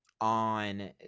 on